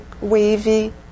wavy